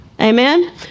Amen